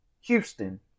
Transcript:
Houston